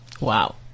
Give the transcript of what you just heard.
Wow